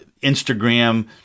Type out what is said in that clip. Instagram